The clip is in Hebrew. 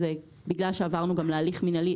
בגלל שעברנו להליך מינהלי,